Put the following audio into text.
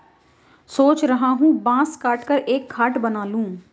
सोच रहा हूं बांस काटकर एक खाट बना लूं